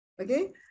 Okay